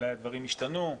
אולי הדברים ישתנו.